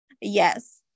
yes